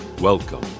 Welcome